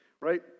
right